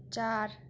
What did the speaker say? چار